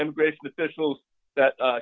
immigration officials that